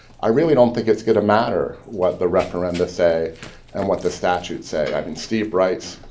i really don't think it's going to matter what the referenda say and what the statutes say. i mean steve bright's